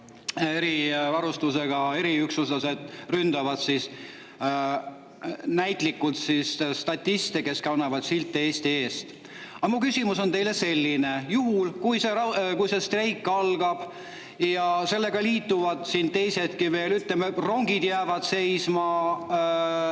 erivarustusega eriüksuslased ründavad näitlikult statiste, kes kannavad silte "Eesti eest!". Aga mu küsimus teile on selline. Juhul kui see streik algab ja sellega liituvad veel teisedki, ütleme, rongid jäävad seisma,